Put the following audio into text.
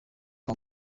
kwa